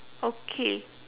okay